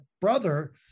brother